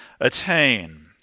attain